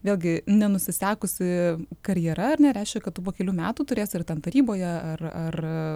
vėlgi nenusisekusi karjera ar ne reiškia kad tu po kelių metų turėsi ar ten taryboje ar ar